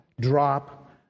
drop